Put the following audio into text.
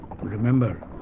Remember